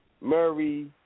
Murray